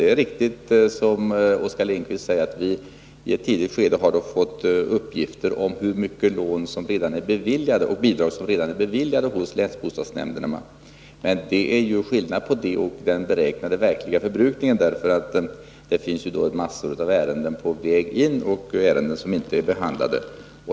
Det är riktigt som Oskar Lindkvist säger att vi i ett tidigt skede har fått uppgifter om hur mycket lån och bidrag som redan har beviljats hos länsbostadsnämnderna. Men det är ju skillnad på dessa uppgifter och den beräknade verkliga förbrukningen, för det finns ju massor av ärenden på väg in och ärenden som inte är behandlade.